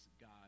God